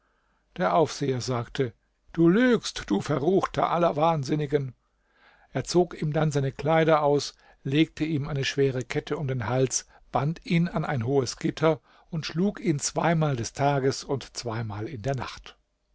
der aufseher sagte du lügst du verruchter aller wahnsinnigen er zog ihm dann seine kleider aus legte ihm eine schwere kette um den hals band ihn an ein hohes gitter und schlug ihn zweimal des tages und zweimal in der nacht